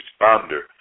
responder